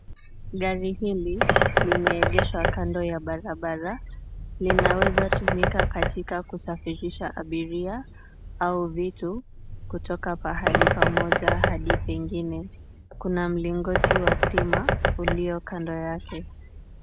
Gari hili limeegeshwa Kando ya barabara, linaweza tumika katika kusafirisha abiria au vitu kutoka pahali pamoja hadi pengine, Kuna mlingoti wa stima ulio kando yake .